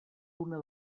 una